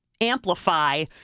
amplify